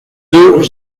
deux